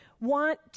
want